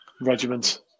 regiment